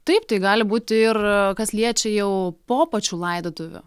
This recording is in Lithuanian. taip tai gali būti ir kas liečia jau po pačių laidotuvių